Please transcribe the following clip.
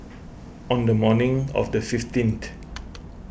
on the morning of the fifteenth